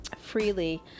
freely